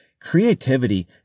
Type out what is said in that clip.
Creativity